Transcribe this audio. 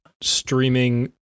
streaming